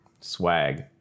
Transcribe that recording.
swag